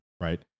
right